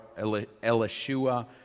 Elishua